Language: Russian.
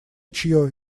чье